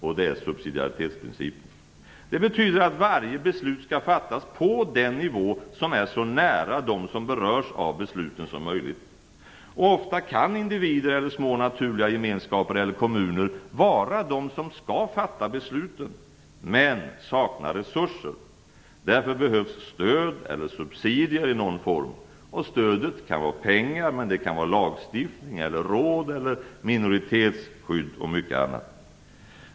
Det är subsidiaritetsprincipen. Det betyder att varje beslut skall fattas på den nivå som är så nära dem som berörs av besluten som möjligt. Och ofta kan individer eller små naturliga gemenskaper eller kommuner vara de som skall fatta besluten, men de saknar resurser. Därför behövs stöd, eller subsidier, i någon form. Stödet kan vara pengar, lagstiftning, råd, minoritetsskydd och mycket annat.